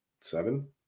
seven